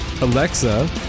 Alexa